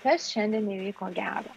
kas šiandien įvyko gero